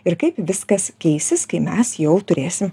ir kaip viskas keisis kai mes jau turėsim